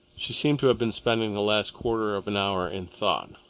she seemed to have been spending the last quarter of an hour in thought.